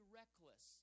reckless